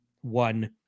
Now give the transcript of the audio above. one